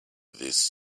this